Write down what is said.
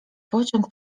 pociąg